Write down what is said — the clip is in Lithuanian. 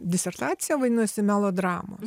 disertacija vadinosi melodramos